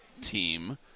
team